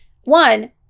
one